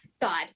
God